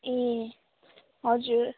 ए हजुर